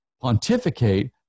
pontificate